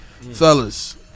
Fellas